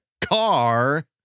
car